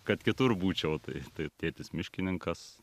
kad kitur būčiau tai tai tėtis miškininkas